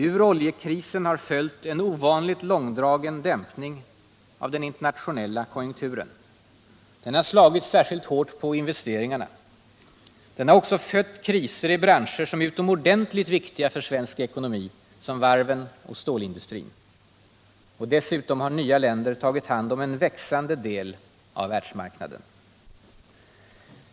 Ur oljekrisen har följt en ovanligt långdragen dämpning av den internationella konjunkturen. Den har slagit särskilt hårt på investeringarna. Den har också fött kriser i branscher som är utomordentligt viktiga för svensk ekonomi, som varven och stålindustrin. Dessutom har nya länder tagit hand om en växande del av världsmarknaden.